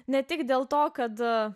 ne tik dėl to kad